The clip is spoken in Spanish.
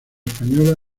española